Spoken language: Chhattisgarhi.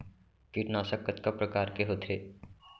कीटनाशक कतका प्रकार के होथे?